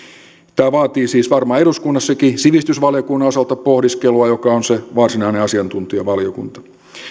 tämä vaatii siis varmaan eduskunnassakin sivistysvaliokunnan osalta pohdiskelua joka on se varsinainen asiantuntijavaliokunta